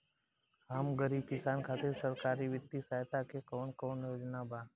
हम गरीब किसान खातिर सरकारी बितिय सहायता के कवन कवन योजना बा?